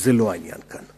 זה לא העניין כאן.